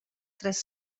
tres